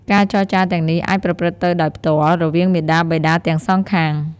ការចរចារទាំងនេះអាចប្រព្រឹត្តទៅដោយផ្ទាល់ រវាងមាតាបិតាទាំងសងខាង។